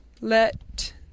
let